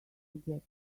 get